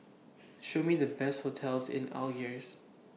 Show Me The Best hotels in Algiers